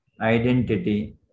identity